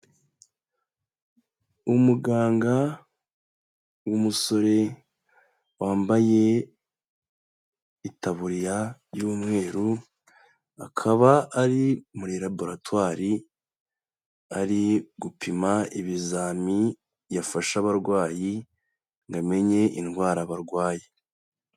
Umuganga w'umusore, wambaye itaburiya y'umweru, akaba ari muri Laboratwari ari gupima ibizami yafasha abarwayi ngo amenye indwara barwaye.